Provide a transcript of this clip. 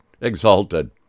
exalted